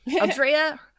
Andrea